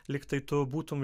lyg tai tu būtum